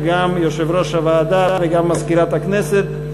גם יושב-ראש הוועדה וגם מזכירת הכנסת,